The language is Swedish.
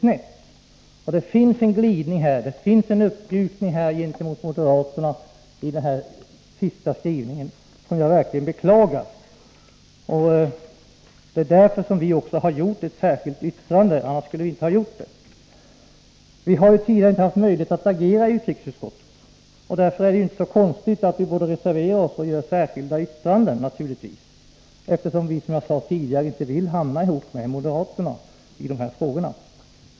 Det finns en glidning, en uppmjukning gentemot moderaterna i den sista skrivningen som jag verkligen beklagar. Det är därför som vi har avgivit ett särskilt yttrande. Vi har tidigare inte haft möjlighet att agera i utrikesutskottet, därför är det inte så underligt att vi reserverar oss och avger särskilda yttranden. Vi vill, som jag sade tidigare, inte hamna tillsammans med moderaterna i dessa frågor.